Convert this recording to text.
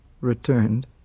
returned